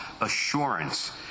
assurance